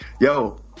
yo